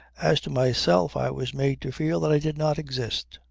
as to myself i was made to feel that i did not exist.